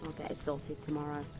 get it sorted tomorrow.